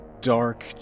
dark